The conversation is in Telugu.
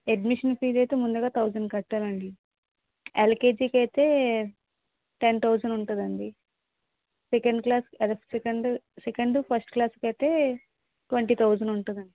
అడ్మిషన్ ఫీజ్ అయితే ముందుగా థౌసండ్ కట్టాలి అండి ఎల్కేజీకి ఐతే టెన్ థౌసండ్ ఉంటుందండి సెకండ్ క్లాస్ అదే సెకండ్ సెకండ్ ఫస్ట్ క్లాస్కి ఐతే ట్వెంటీ థౌసండ్ ఉంటుంది